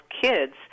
kids